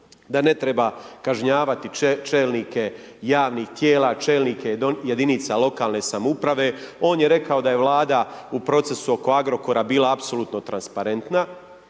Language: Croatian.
da ne treba kažnjavati čelnike javnih tijela, čelnike jedinica lokalne samouprave, on je rekao da je Vlada u procesu oko Agrokora bila apsolutno transparentna